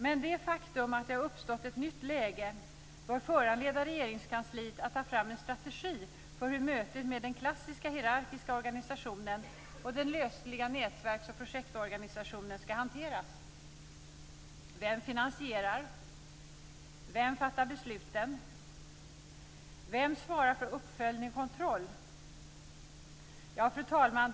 Men det faktum att det har uppstått ett nytt läge bör föranleda Regeringskansliet att ta fram en strategi för hur mötet med den klassiska hierarkiska organisationen och den lösliga nätverks och projektorganisationen ska hanteras. Vem finansierar? Vem fattar besluten? Vem svarar för uppföljning och kontroll? Fru talman!